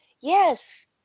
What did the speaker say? Yes